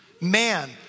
Man